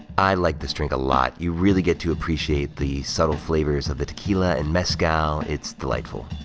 i like this drink lot. you really get to appreciate the subtle flavors of the tequila and mezcal. it's delightful.